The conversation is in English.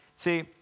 See